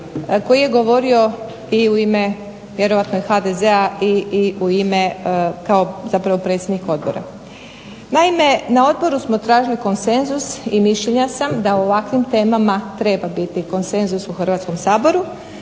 koji je govorio u ime HDZ-a i kao predsjednik Odbora. Naime, na Odboru smo tražili konsenzus i mišljenja sam da o ovakvim temama treba biti konsenzus u Hrvatskom saboru,